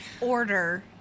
order